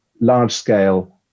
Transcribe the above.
large-scale